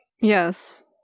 Yes